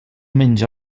menja